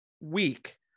week